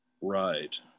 Right